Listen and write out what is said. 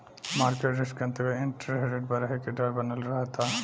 market risk के अंतरगत interest rate बरहे के डर बनल रहता